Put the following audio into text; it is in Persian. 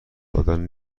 دادن